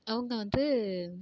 அவங்க வந்து